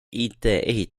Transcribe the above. ehitus